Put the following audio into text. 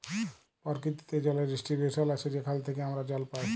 পরকিতিতে জলের ডিস্টিরিবশল আছে যেখাল থ্যাইকে আমরা জল পাই